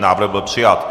Návrh byl přijat.